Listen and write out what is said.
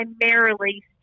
primarily